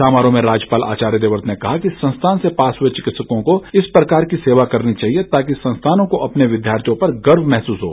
समारोह में राज्यपाल आचार्य देवव्रत ने कहा कि संस्थान से पास हुए चिकित्सकों को इस प्रकार सेवा करनी चाहिए ताकि संस्थान को अपने विद्यार्थियों पर गर्व महसूस हो